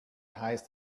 heißt